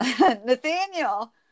nathaniel